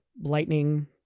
lightning